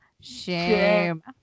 shame